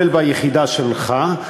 כולל ביחידה שלך,